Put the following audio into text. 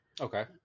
Okay